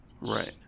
Right